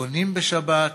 קונים בשבת,